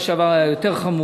יותר חמור.